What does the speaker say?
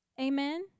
Amen